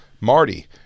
Marty